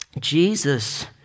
Jesus